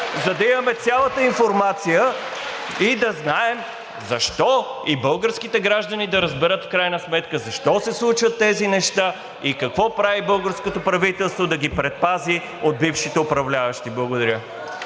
за да имаме цялата информация и да знаем защо, и българските граждани да разберат в крайна сметка защо, се случват тези неща и какво прави българското правителство да ги предпази от бившите управляващи. Благодаря.